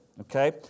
Okay